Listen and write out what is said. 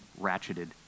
ratcheted